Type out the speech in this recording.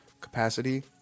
capacity